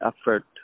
effort